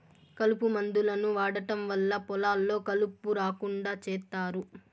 కలుపు మందులను వాడటం వల్ల పొలాల్లో కలుపు రాకుండా చేత్తారు